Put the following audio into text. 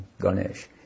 Ganesh